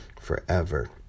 forever